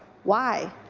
why?